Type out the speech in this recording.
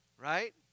right